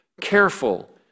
careful